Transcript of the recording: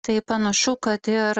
tai panašu kad ir